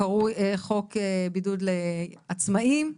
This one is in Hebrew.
הקרוי "חוק בידוד לעצמאים".